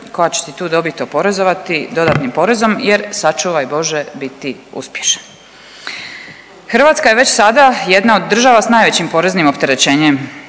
koja će ti tu dobit oporezovati dodatnim porezom jer sačuvaj Bože biti uspješan. Hrvatska je već sada jedna od država s najvećim poreznim opterećenjem